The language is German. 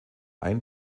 ein